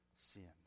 sins